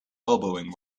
elbowing